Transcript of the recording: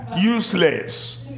useless